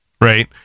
right